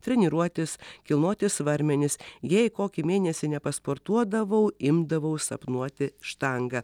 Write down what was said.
treniruotis kilnoti svarmenis jei kokį mėnesį nepasportuodavau imdavau sapnuoti štangą